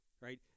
Right